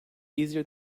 easier